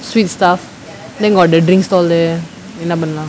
sweet stuff then got the drink stall there என்ன பண்லா:enna panlaa